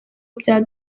bya